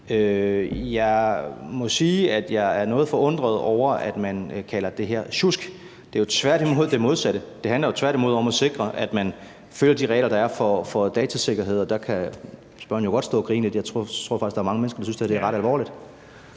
Jeg må sige, at jeg er noget forundret over, at man kalder det her sjusk. Det er jo det modsatte. Det handler tværtimod om at sikre, at man følger de regler, der er, for datasikkerhed, og der kan spørgeren jo godt stå og grine lidt; jeg tror faktisk, der er mange mennesker, der synes, det her er ret alvorligt.